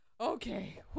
Okay